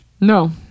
No